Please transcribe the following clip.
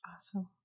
Awesome